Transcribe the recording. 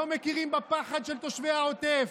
לא מכירים בפחד של תושבי העוטף.